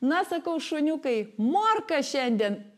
na sakau šuniukai morka šiandien